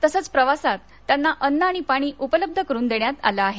तसचं प्रवासात त्यांना अन्न आणि पाणी उपलब्ध करून देण्यात आलं आहे